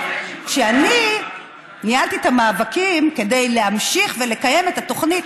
כשאני ניהלתי את המאבקים כדי להמשיך ולקיים את התוכנית,